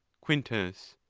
quintus.